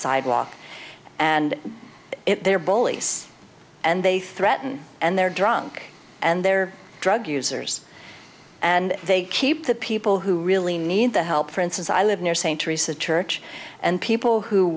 sidewalk and they're bullies and they threaten and they're drunk and they're drug users and they keep the people who really need the help for instance i live near st teresa church and people who